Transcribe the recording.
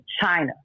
China